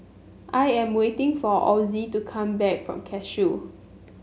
I am waiting for Ozie to come back from Cashew